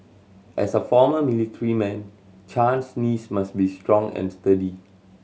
as a former military man Chan's knees must be strong and sturdy